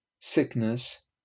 sickness